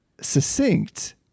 succinct